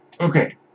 Okay